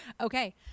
okay